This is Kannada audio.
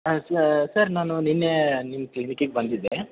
ಹಾಂ ಸರ್ ನಾನು ನಿನ್ನೆ ನಿಮ್ಮ ಕ್ಲಿನಿಕ್ಕಿಗೆ ಬಂದಿದ್ದೆ